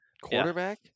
quarterback